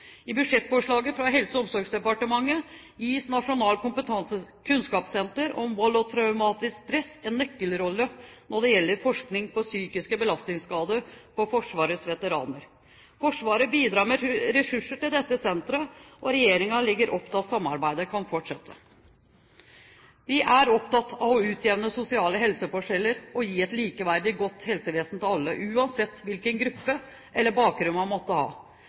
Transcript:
I budsjettforslaget fra Helse- og omsorgsdepartementet gis Nasjonalt kunnskapssenter om vold og traumatisk stress en nøkkelrolle når det gjelder forskning på psykiske belastningsskader hos Forsvarets veteraner. Forsvaret bidrar med ressurser til dette senteret, og regjeringen legger opp til at samarbeidet kan fortsette. Vi er opptatt av å utjevne sosiale helseforskjeller og gi et likeverdig og godt helsetilbud til alle, uansett gruppe og hvilken bakgrunn man måtte ha.